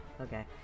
okay